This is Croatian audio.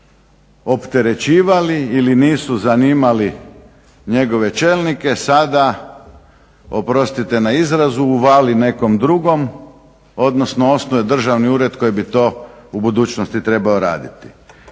opterećivali ili nisu zanimali njegove čelnike sada, oprostite na izrazu, uvali nekom drugom, odnosno osnuje državni ured koji bi to u budućnosti trebao raditi.